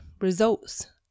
results